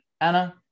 Anna